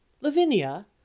Lavinia